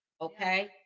okay